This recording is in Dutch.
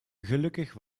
gelukkig